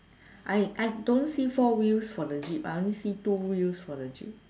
I I don't see four wheels for the jeep I only see two wheels for the jeep